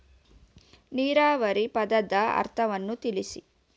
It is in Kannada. ನೀರಾವರಿ ಪದದ ಅರ್ಥವನ್ನು ತಿಳಿಸಿ?